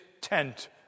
tent